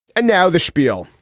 and now the spiel,